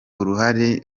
uruhare